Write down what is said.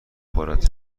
خورد